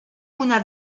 una